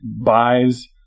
buys